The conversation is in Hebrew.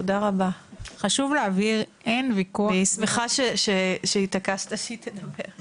אני שמחה שהתעקשת שהיא תדבר.